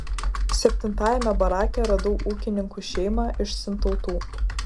septintajame barake radau ūkininkų šeimą iš sintautų